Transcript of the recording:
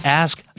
ask